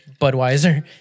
Budweiser